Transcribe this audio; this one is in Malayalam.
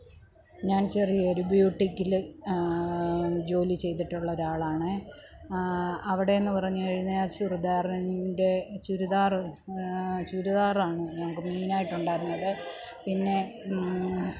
ഞാൻ ചെറിയൊരു ബ്യൂട്ടിക്കില് ജോലി ചെയ്തിട്ടുള്ള ഒരാളാണേ അവിടെ എന്ന് പറഞ്ഞ് കഴിഞ്ഞാൽ ചുരിദാറിൻ്റെ ചുരിദാറ് ചുരിദാറാണ് ഞങ്ങൾക്ക് മെയിൻ ആയിട്ട് ഉണ്ടായിരുന്നത് പിന്നെ